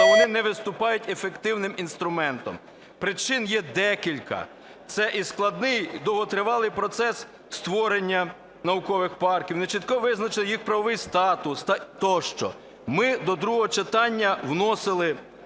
але вони не виступають ефективним інструментом. Причин є декілька. Це і складний довготривалий процес створення наукових парків, нечітко визначений їх правовий статус тощо. Ми до другого читання вносили